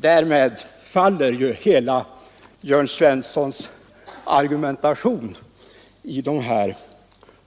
Därmed faller hela Jörn Svenssons argumentation i de här